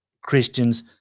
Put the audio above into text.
Christians